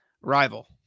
Rival